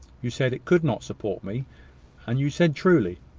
you said it could not support me and you said truly.